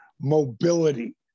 mobility